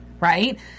Right